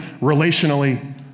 relationally